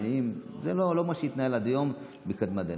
זה לא מה שהתנהל עד היום מקדמת דנא.